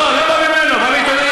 לא, לא בא ממנו, בא מעיתונאים.